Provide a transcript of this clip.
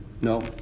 No